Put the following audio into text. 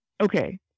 Okay